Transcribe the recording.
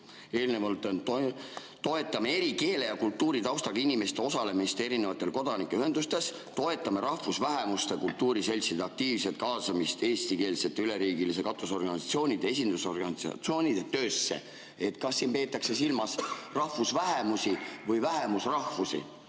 öeldud, et toetame eri keele- ja kultuuritaustaga inimeste osalemist erinevates kodanikuühendustes –, et toetame rahvusvähemuste kultuuriseltside aktiivset kaasamist eestikeelsete üleriigiliste katusorganisatsioonide ja esindusorganisatsioonide töösse. Kas siin peetakse silmas rahvusvähemusi või vähemusrahvusi?